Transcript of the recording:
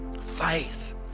Faith